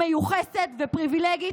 מיוחסת ופריבילגית,